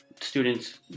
students